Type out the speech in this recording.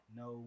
no